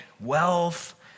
wealth